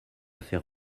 faire